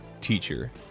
teacher